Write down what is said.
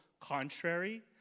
contrary